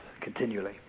continually